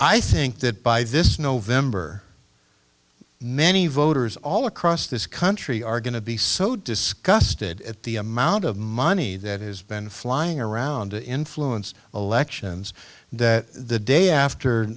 i think that by this november many voters all across this country are going to be so disgusted at the amount of money that has been flying around to influence elections that the day after